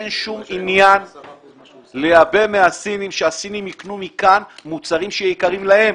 אין שום עניין לייבא מהסינים ושהסינים יקנו מכאן מוצרים שיקרים להם.